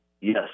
Yes